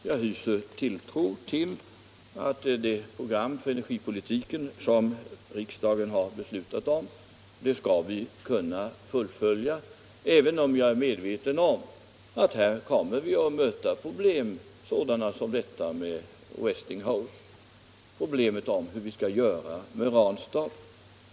Jag hyser tilltro till att det program för energipolitiken som riksdagen har beslutat om skall kunna fullföljas, även om jag vet att vi kommer att möta problem, sådana som Westinghouseaffären och frågan hur vi skall göra med Ranstad.